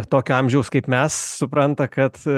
tokio amžiaus kaip mes supranta kad